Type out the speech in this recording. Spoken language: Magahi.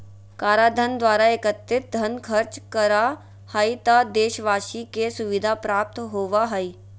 कराधान द्वारा एकत्रित धन खर्च करा हइ त देशवाशी के सुविधा प्राप्त होबा हइ